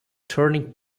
turning